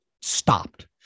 stopped